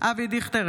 אבי דיכטר,